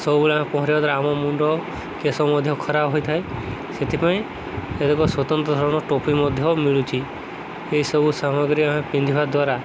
ସବୁବେଳେ ଆମେ ପହଁରିବା ଦ୍ୱାରା ଆମ ମୁଣ୍ଡ କେଶ ମଧ୍ୟ ଖରାପ ହୋଇଥାଏ ସେଥିପାଇଁ ଏକ ସ୍ୱତନ୍ତ୍ର ଧରଣ ଟୋପି ମଧ୍ୟ ମିଳୁଚି ଏହିସବୁ ସାମଗ୍ରୀ ଆମେ ପିନ୍ଧିବା ଦ୍ୱାରା